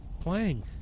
playing